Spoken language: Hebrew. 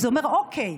אז הוא אומר: אוקיי,